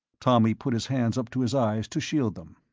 tommy put his hands up to his eyes to shield them.